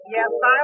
Yes